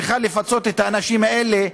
צריכה לפצות את האנשים האלה,